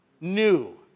new